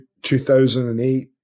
2008